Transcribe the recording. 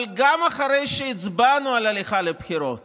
אבל גם אחרי שהצבענו על הליכה לבחירות